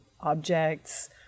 objects